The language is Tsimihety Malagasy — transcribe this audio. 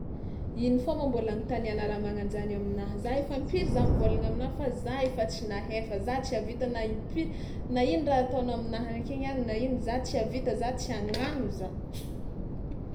Ino fao moa mbôla anontaniana raha mana an-jany aminahy? Za efa impiry za mivôlagna aminà fa za efa tsy nahefa za tsy havita na imp- na ino raha ataonao aminahy akegny any na ino za tsy havita za tsy hagnano za.